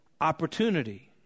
opportunity